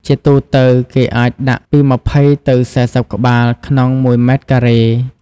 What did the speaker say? ជាទូទៅ គេអាចដាក់ពី ២០ ទៅ ៤០ ក្បាល ក្នុងមួយម៉ែត្រការ៉េ។